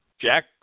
Jack